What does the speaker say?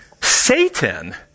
Satan